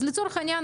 אז לצורך העניין,